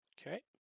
Okay